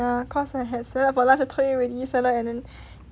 ya cause I had salad for lunch I told you already salad and then